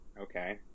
Okay